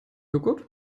joghurt